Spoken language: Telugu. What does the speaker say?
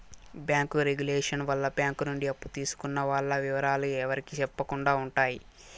బ్యాంకు రెగులేషన్ వల్ల బ్యాంక్ నుండి అప్పు తీసుకున్న వాల్ల ఇవరాలు ఎవరికి సెప్పకుండా ఉంటాయి